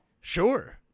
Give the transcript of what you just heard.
Sure